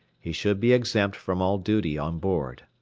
he should be exempt from all duty on board.